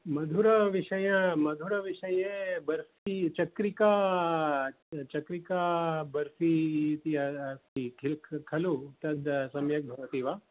मधुरविषये मधुरविषये बर्फ़ि चक्रिका चक्रिकाबर्फ़ि इति अस्ति कि खलु तद् सम्यक् भवति वा